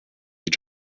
each